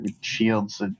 shields